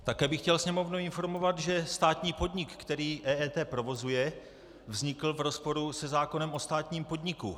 Také bych chtěl Sněmovnu informovat, že státní podnik, který EET provozuje, vznikl v rozporu se zákonem o státním podniku.